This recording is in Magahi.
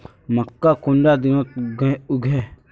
मक्का कुंडा दिनोत उगैहे?